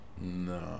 No